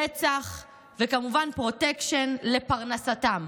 רצח וכמובן פרוטקשן לפרנסתם,